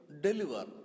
deliver